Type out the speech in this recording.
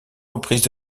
reprises